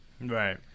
Right